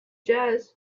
jazz